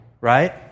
right